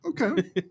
okay